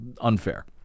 unfair